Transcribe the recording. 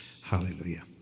Hallelujah